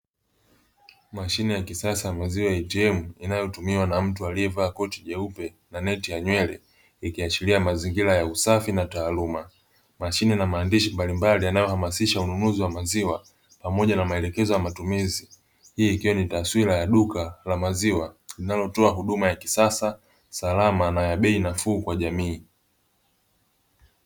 Mashine ya kisasa ya maziwa “ATM” inayotumiwa na mtu aliyevaa koti jeupe na neti ya nywele, ikiashiria mazingira ya usafi na taaluma. Mashine ina maandishi mbalimbali inayohamasisha ununuzi wa maziwa, pamoja na maelezo ya matumizi. Hii ikiwa ni taswira ya duka la maziwa linalotoa huduma ya kisasa, salama na ya bei nafuu kwa jamii.